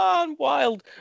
wild